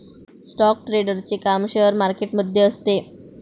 stock ट्रेडरचे काम share market मध्ये असते